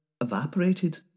evaporated